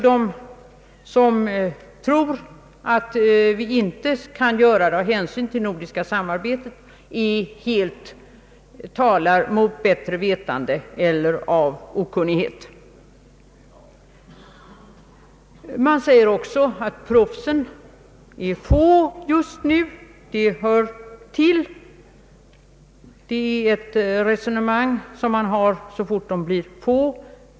De som tror att vi inte kan förbjuda boxning med hänsyn till det nordiska samarbetet talar sålunda mot bättre vetande eller av okunnighet. Man säger också att proffsen är få just nu, det hör till. Detta resonemang för man när proffsen är få.